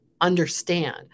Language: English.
understand